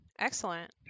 excellent